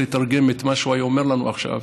לתרגם את מה שהוא היה אומר לנו עכשיו,